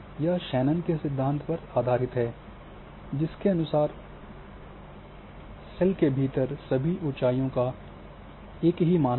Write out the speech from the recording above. यह शैनन के सिद्धांत पर आधारित है जिसके अनुसार सेल के भीतर सभी ऊंचाइयों का एक ही मान है